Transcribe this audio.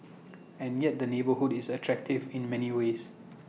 and yet the neighbourhood is attractive in many ways